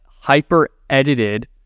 hyper-edited